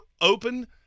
open